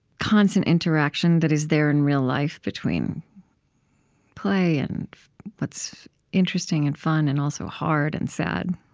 constant interaction that is there in real life between play and what's interesting and fun and also hard and sad